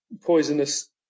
poisonous